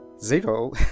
zero